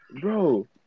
Bro